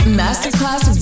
masterclass